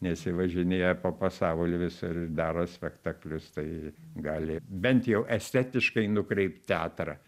nes ji važinėja po pasaulį visur ir daro spektaklius tai gali bent jau estetiškai nukreipt teatrą